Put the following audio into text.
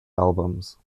albums